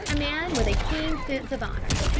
a man with a keen sense of honour.